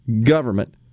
government